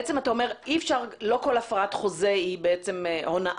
זה חשוב מאוד.